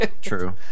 True